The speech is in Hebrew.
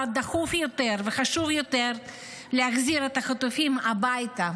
דחוף יותר וחשוב יותר מלהחזיר את החטופים הביתה,